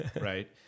right